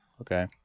Okay